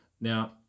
Now